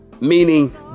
meaning